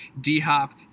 D-Hop